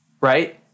Right